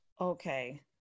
Okay